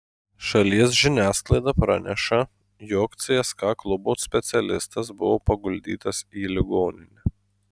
šalies žiniasklaida praneša jog cska klubo specialistas buvo paguldytas į ligoninę